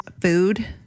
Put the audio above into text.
food